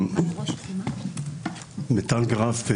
מיטל גרף,